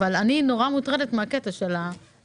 אבל אני מאוד מוטרדת מהקטע של החינוך.